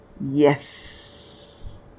Yes